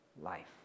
life